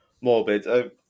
morbid